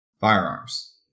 firearms